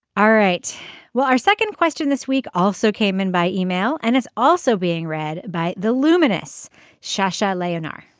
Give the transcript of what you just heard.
all right well our second question this week also came in by email and it's also being read by the luminous shashi leonor